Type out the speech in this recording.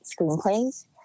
screenplays